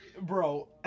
Bro